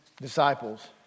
disciples